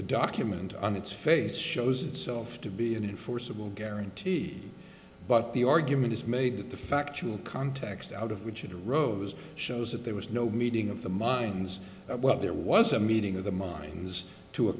the document on its face shows itself to be an enforceable guarantee but the argument is made that the factual context out of which it rose shows that there was no meeting of the minds of what there was a meeting of the mines to a